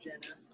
Jenna